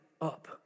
up